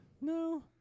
No